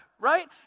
right